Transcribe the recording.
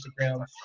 Instagram